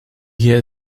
hier